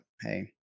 hey